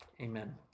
Amen